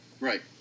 right